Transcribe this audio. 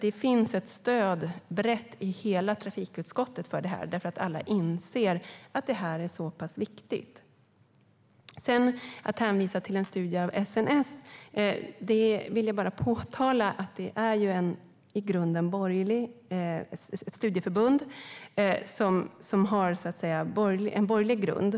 Det finns alltså ett brett stöd i hela trafikutskottet för det här, för alla inser att det är så pass viktigt. Anna Johansson hänvisar till en studie av SNS. Jag vill då bara påtala att det är ett borgerligt studieförbund som har en borgerlig grundsyn.